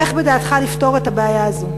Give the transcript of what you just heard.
איך בדעתך לפתור את הבעיה הזאת?